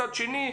מצד שני,